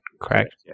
correct